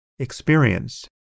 experience